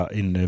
en